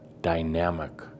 dynamic